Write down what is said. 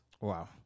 Wow